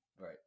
Right